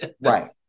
Right